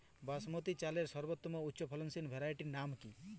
বাসমতী চালের সর্বোত্তম উচ্চ ফলনশীল ভ্যারাইটির নাম কি?